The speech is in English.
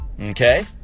Okay